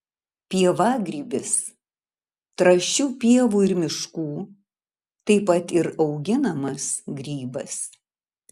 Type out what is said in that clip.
pievagrybis trąšių pievų ir miškų taip pat ir auginamas grybas